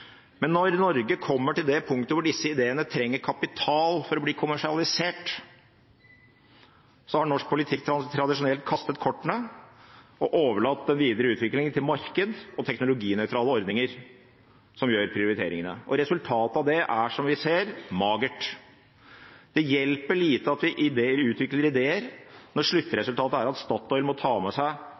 Men når Norge kommer til det punktet hvor disse ideene trenger kapital for å bli kommersialisert, har norsk politikk tradisjonelt kastet kortene og overlatt den videre utviklingen til marked og teknologinøytrale ordninger som gjør prioriteringene. Resultatet av det er, som vi ser, magert. Det hjelper lite at vi utvikler ideer når sluttresultatet er at Statoil må ta med seg